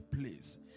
place